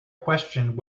questioned